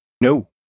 No